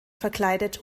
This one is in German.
verkleidet